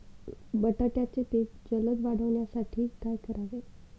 बटाट्याचे पीक जलद वाढवण्यासाठी काय करावे?